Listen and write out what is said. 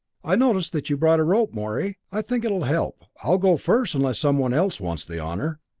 i notice that you brought a rope, morey i think it'll help. i'll go first, unless someone else wants the honor.